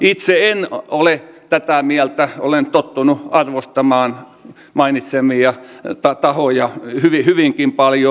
itse en ole tätä mieltä olen tottunut arvostamaan mainitsemiani tahoja hyvinkin paljon